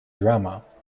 drama